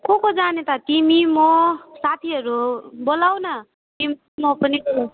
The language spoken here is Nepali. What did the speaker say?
को को जाने त तिमी म साथीहरू बोलाउ न तिम् म पनि जाऔँ